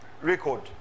record